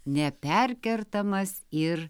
neperkertamas ir